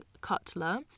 cutler